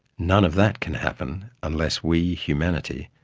none of that can happen unless we, humanity,